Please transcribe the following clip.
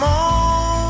on